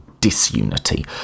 disunity